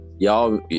y'all